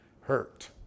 hurt